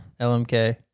LMK